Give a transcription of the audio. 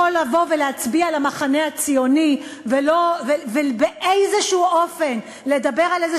יכול לבוא ולהצביע על המחנה הציוני ובאיזה אופן לדבר על איזו